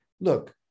look